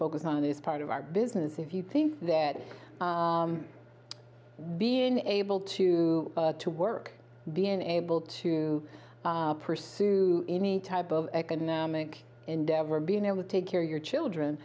focus on is part of our business if you think that being able to to work being able to pursue any type of economic endeavor being able to take care of your children